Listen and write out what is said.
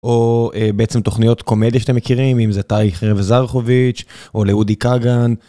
או בעצם תוכניות קומדיה שאתם מכירים, אם זה טייכר וזרחוביץ', או לאודי כגן.